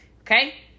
Okay